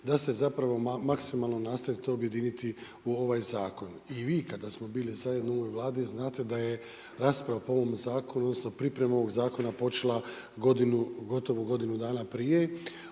da se zapravo maksimalno nastoji to objediniti u ovaj zakon. I vi kada smo bili zajedno u ovoj Vladi, znate da je rasprava po ovom zakonu, odnosno, priprema ovog zakona počela godinu, gotovo godinu dana prije.